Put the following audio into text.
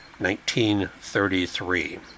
1933